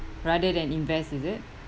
rather than invest is it